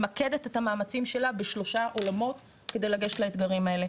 ממקדת את המאמצים שלה בשלושה עולמות כדי לגשת לאתגרים האלה.